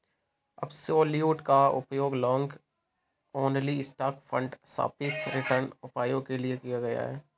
absolute का उपयोग long only stock fund सापेक्ष रिटर्न उपायों के लिए किया जाता है